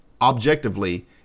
objectively